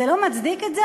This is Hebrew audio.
זה לא מצדיק את זה?